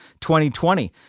2020